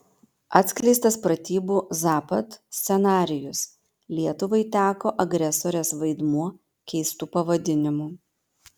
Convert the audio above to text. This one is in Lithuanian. atskleistas pratybų zapad scenarijus lietuvai teko agresorės vaidmuo keistu pavadinimu